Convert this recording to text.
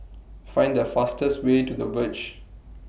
Find The fastest Way to The Verge